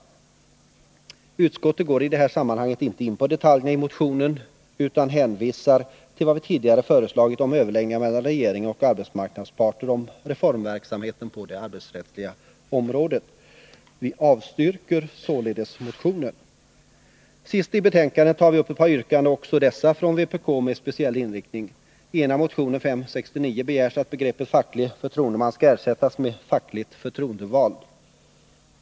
Utskottet går i detta sammanhang inte in på detaljerna i motionen utan hänvisar till vad vi tidigare föreslagit om överläggningar mellan regeringen och arbetsmarknadsparter om reformverksamheten på det arbetsrättsliga området. Vi avstyrker således motionen. Sist i betänkandet tar vi upp ett par yrkanden från vpk med speciell inriktning. I den ena motionen, 569, begärs att begreppet facklig förtroendeman skall ersättas med begreppet fackligt förtroendevald.